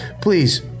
please